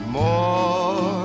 more